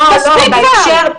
מספיק כבר.